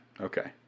Okay